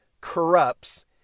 corrupts